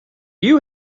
you